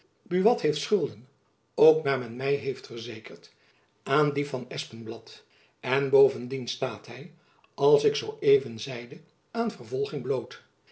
buat heeft schulden ook naar men jacob van lennep elizabeth musch my verzekerd heeft aan dien van espenblad en bovendien staat hy als ik zoo even zeide aan vervolging bloot